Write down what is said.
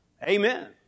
Amen